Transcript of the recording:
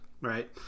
right